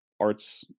arts